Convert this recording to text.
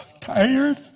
Tired